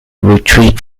retreat